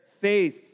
faith